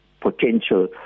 potential